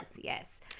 Yes